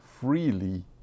freely